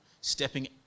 stepping